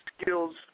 skills